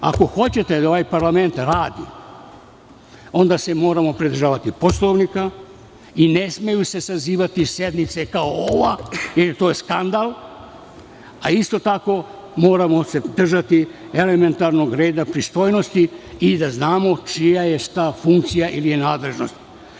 Ako hoćete da ovaj parlament radi, onda se moramo pridržavati Poslovnika i ne smeju se sazivati sednice kao ova, jer to je skandal, a isto tako moramo se držati elementarnog reda pristojnosti i da znamo čija je šta funkcija ili nadležnost.